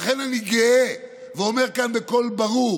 ולכן אני גאה ואומר כאן בקול ברור: